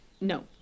no